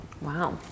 Wow